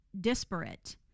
disparate